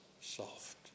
soft